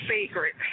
secret